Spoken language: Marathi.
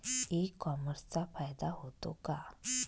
ई कॉमर्सचा फायदा होतो का?